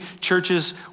churches